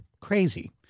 crazy